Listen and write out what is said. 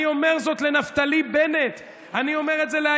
אני אומר זאת לנפתלי בנט,